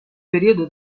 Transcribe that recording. periodo